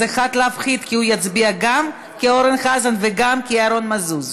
אז אחד להפחית כי הוא הצביע גם כאורן חזן וגם כירון מזוז.